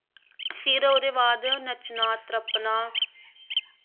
फिर ओह्दे बाद नच्चना त्रप्पना